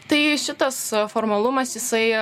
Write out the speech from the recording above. tai šitas formalumas jisai